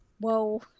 Whoa